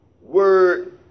word